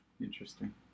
Interesting